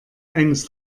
eines